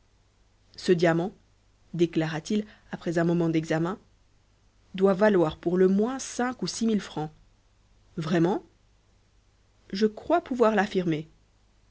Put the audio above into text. ce diamant déclara-t-il après un moment d'examen doit valoir pour le moins cinq ou six mille francs vraiment je crois pouvoir l'affirmer